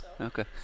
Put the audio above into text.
Okay